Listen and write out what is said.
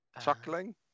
chuckling